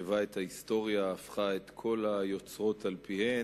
שכתבה את ההיסטוריה, הפכה את כל היוצרות על פיהן,